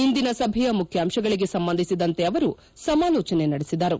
ಇಂದಿನ ಸಭೆಯ ಮುಖ್ಯಾಂಶಗಳಿಗೆ ಸಂಬಂಧಿಸಿದಂತೆ ಅವರು ಸಮಾಲೋಚನೆ ನಡೆಸಿದರು